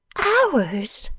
ours!